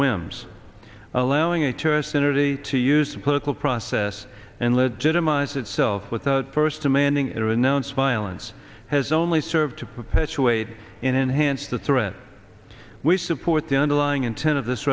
whims allowing a tourist energy to use the political process and legitimize itself without first demanding it renounce violence has only served to perpetuate in enhance the threat we support the underlying intent of this